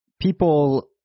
people